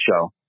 show